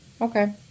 Okay